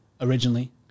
originally